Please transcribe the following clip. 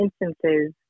instances